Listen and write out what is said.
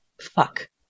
fuck